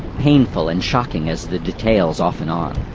painful and shocking as the details often are.